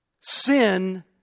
sin